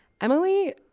Emily